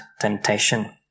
temptation